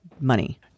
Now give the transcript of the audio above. money